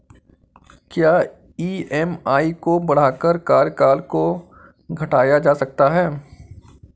क्या ई.एम.आई को बढ़ाकर कार्यकाल को घटाया जा सकता है?